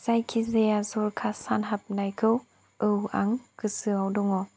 जायखि जाया जरखा सान हाबनायखौ औ आं गोसोयाव दङ